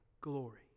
glory